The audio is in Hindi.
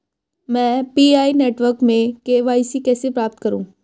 मैं पी.आई नेटवर्क में के.वाई.सी कैसे प्राप्त करूँ?